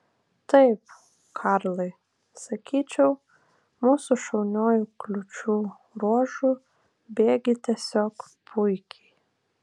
taip karlai sakyčiau mūsų šauniuoju kliūčių ruožu bėgi tiesiog puikiai